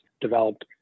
developed